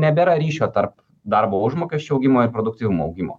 nebėra ryšio tarp darbo užmokesčio augimo ir produktyvumo augimo